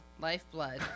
lifeblood